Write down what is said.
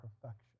perfection